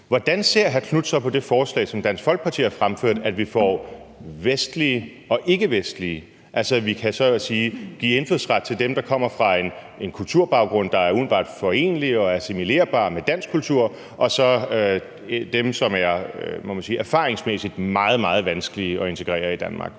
Hvordan ser hr. Marcus Knuth så på det forslag, som Dansk Folkeparti har fremsat, altså at vi får vestlige og ikkevestlige, og at vi så at sige kan give indfødsret til dem, der kommer med en kulturbaggrund, der er umiddelbart forenelig og assimilerbar med dansk kultur, og så er der dem, som man må sige erfaringsmæssigt er meget, meget vanskelige at integrere i Danmark?